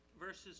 Verses